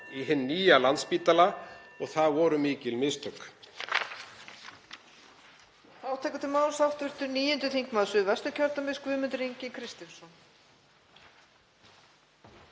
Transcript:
í hinn nýja Landspítala og það voru mikil mistök.